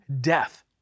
death